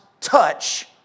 touch